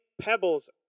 pebbles